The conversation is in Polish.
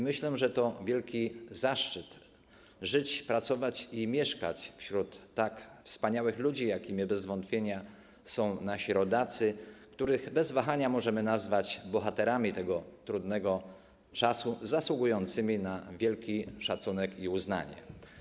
Myślę, że to wielki zaszczyt żyć, pracować i mieszkać wśród tak wspaniałych ludzi, jakimi bez wątpienia są nasi rodacy, których bez wahania możemy nazwać bohaterami tego trudnego czasu zasługującymi na wielki szacunek i uznanie.